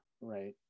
right